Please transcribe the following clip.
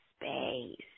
space